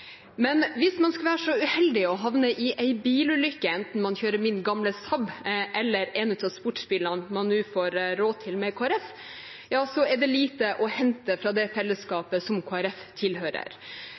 Men hvis man skulle være så uheldig å havne i en bilulykke, enten man kjører min gamle Saab eller en av sportsbilene man nå får råd til med Kristelig Folkeparti, er det lite å hente fra det